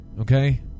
Okay